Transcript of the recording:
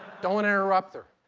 don't interrupt her.